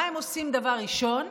מה הם עושים דבר ראשון?